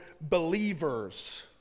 believers